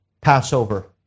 Passover